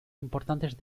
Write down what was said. importantes